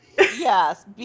Yes